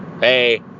Hey